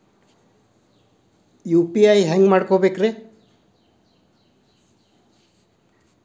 UPI ಹ್ಯಾಂಗ ಮಾಡ್ಕೊಬೇಕ್ರಿ?